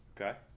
Okay